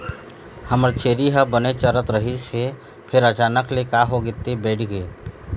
हमर छेरी ह बने चरत रहिस हे फेर अचानक ले का होगे ते बइठ गे